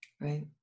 Right